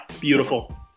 beautiful